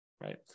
right